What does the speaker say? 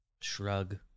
Shrug